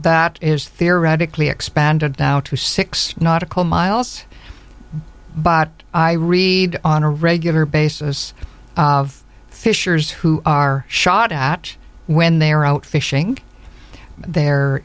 that is theoretically expanded to six nautical miles but i read on a regular basis of fishers who are shot at when they're out fishing the